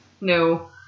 no